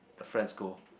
friends go